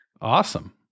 Awesome